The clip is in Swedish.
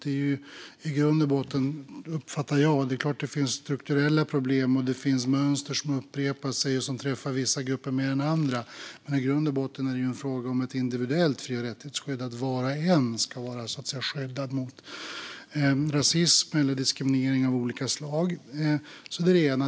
Det är klart att det finns strukturella problem och mönster som upprepar sig och som träffar vissa grupper mer än andra, men jag uppfattar ändå i grund och botten att det är en fråga om ett individuellt fri och rättighetsskydd att var och en ska vara skyddad mot rasism eller diskriminering av olika slag. Det är det ena.